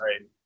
right